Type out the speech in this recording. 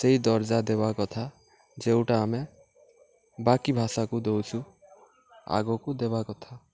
ସେଇ ଦର୍ଜା ଦେବା କଥା ଯେଉଁଟା ଆମେ ବାକି ଭାଷାକୁ ଦେଉଛୁ ଆଗକୁ ଦେବା କଥା